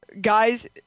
Guys